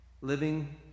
Living